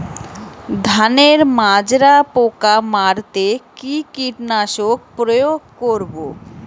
ধানের মাজরা পোকা মারতে কি কীটনাশক প্রয়োগ করব?